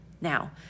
Now